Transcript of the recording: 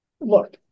look